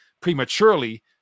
prematurely